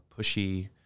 pushy